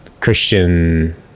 Christian